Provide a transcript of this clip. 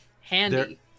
handy